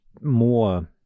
more